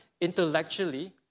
intellectually